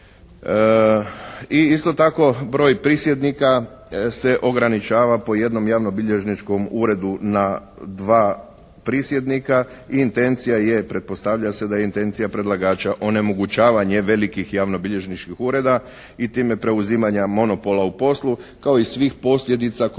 I isto tako broj prisjednika se ograničava po jednom javnobilježničkom uredu na dva prisjednika i intencija je, pretpostavlja se da je intencija predlagača onemogućavanje velikih javnobilježničkih ureda i time preuzimanja monopola u poslu kao i svih posljedica koje iz